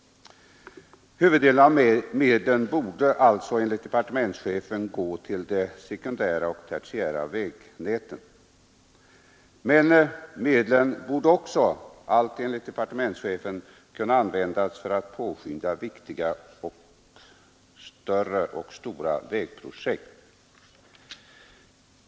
Huvuddelen av medlen borde alltså enligt departementschefen gå till de sekundära och tertiära vägnäten, men medlen borde också, allt enligt departementschefen, kunna användas för att påskynda viktiga större vägprojekt.